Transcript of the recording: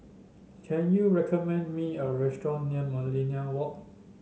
can you recommend me a restaurant near Millenia Walk